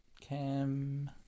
Cam